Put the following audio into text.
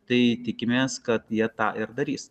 tai tikimės kad jie tą ir darys